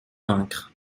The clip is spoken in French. vaincre